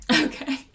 Okay